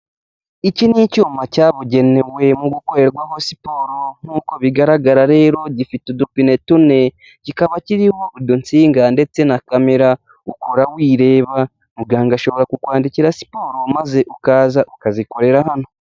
Iki ni icyuma cyabugenewe mu gukorerwaho siporo nk'uko bigaragara rero gifite udupine tune, kikaba kiriho udutsinga ndetse na kamera ukora wireba, muganga ushobora kukwandikira siporo maze ukaza ukazikorera hano.